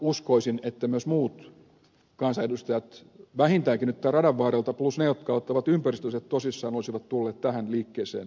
uskoisin että myös muut kansanedustajat vähintäänkin nyt tämän radan varrelta plus ne jotka ottavat ympäristöasiat tosissaan tulisivat tähän liikkeeseen mukaan